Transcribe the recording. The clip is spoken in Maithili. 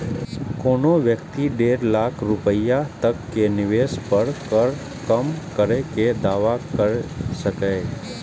कोनो व्यक्ति डेढ़ लाख रुपैया तक के निवेश पर कर कम करै के दावा कैर सकैए